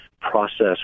process